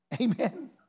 Amen